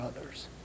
others